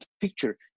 picture